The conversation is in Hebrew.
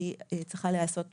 צריכה להיעשות בחקיקה.